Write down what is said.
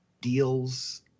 Deals